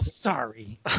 sorry